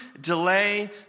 delay